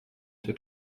się